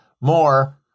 More